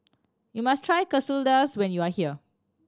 you must try Quesadillas when you are here